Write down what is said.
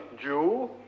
Jew